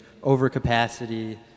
overcapacity